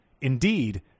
Indeed